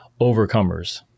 overcomers